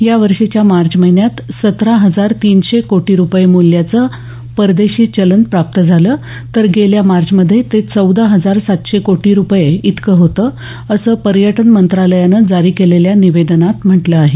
या वर्षीच्या मार्च महिन्यात सतरा हजार तीनशे कोटी रुपये मूल्याचं परदेशी चलन प्राप्त झालं तर गेल्या मार्च मध्ये ते चौदा हजार सातशे कोटी रुपये इतकं होतं असं पर्यटन मंत्रालयानं जारी केलेल्या निवेदनात म्हटलं आहे